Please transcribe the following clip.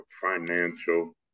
financial